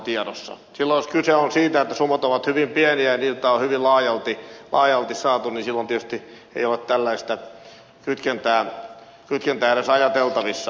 silloin jos kyse on siitä että summat ovat hyvin pieniä ja niitä on hyvin laajalti saatu niin silloin tietysti ei ole tällaista kytkentää edes ajateltavissa